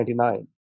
1999